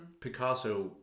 Picasso